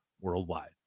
worldwide